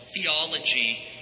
theology